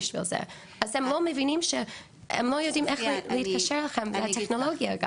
אתם לא מבינים שהם לא יודעים איך לתקשר אתכם טכנולוגית.